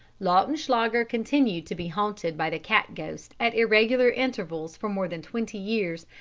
lautenschlager continued to be haunted by the cat-ghost at irregular intervals for more than twenty years,